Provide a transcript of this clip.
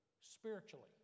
spiritually